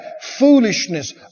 foolishness